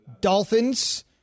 dolphins